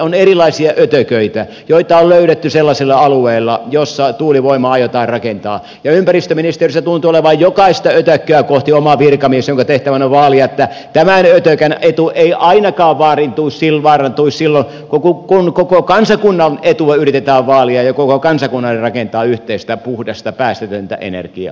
on erilaisia ötököitä joita on löydetty sellaisilla alueilla joilla tuulivoimaa aiotaan rakentaa ja ympäristöministeriössä tuntuu olevan jokaista ötökkää kohti oma virkamies jonka tehtävänä on vaalia että tämän ötökän etu ei ainakaan vaarantuisi silloin kun koko kansakunnan etua yritetään vaalia ja koko kansakunnalle rakentaa yhteistä puhdasta päästötöntä energiaa